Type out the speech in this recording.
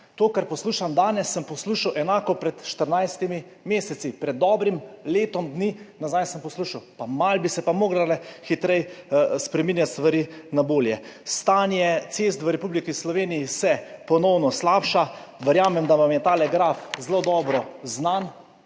To, kar poslušam danes, sem poslušal enako pred 14 meseci. Pred dobrim letom dni nazaj sem to poslušal. Malo hitreje bi se pa morale stvari spreminjati na bolje. Stanje cest v Republiki Sloveniji se ponovno slabša. Verjamem, da vam je ta graf / pokaže